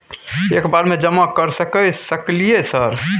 एक बार में जमा कर सके सकलियै सर?